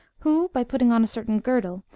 who, by putting on a certain girdle,